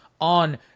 on